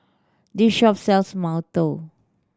this shop sells mantou